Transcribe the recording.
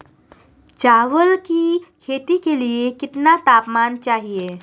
चावल की खेती के लिए कितना तापमान चाहिए?